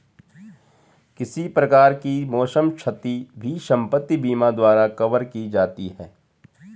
किसी प्रकार की मौसम क्षति भी संपत्ति बीमा द्वारा कवर की जाती है